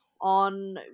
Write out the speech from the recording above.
on